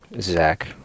Zach